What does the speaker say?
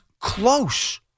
close